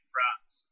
France